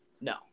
No